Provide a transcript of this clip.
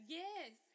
yes